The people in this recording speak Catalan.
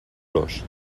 los